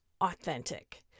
authentic